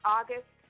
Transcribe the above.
August